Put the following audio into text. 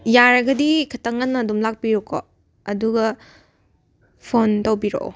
ꯌꯥꯔꯒꯗꯤ ꯈꯤꯇꯪ ꯉꯟꯅ ꯑꯗꯨꯝ ꯂꯥꯛꯄꯤꯌꯨꯀꯣ ꯑꯗꯨꯒ ꯐꯣꯟ ꯇꯧꯕꯤꯔꯛꯑꯣ